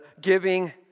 giving